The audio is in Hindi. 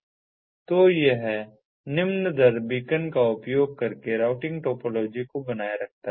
तो यह निम्न दर बीकन का उपयोग करके राउटिंग टोपोलॉजी को बनाए रखता है